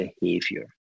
behavior